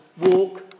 walk